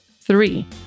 three